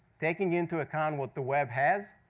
taking into account what the web has,